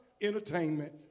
entertainment